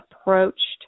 approached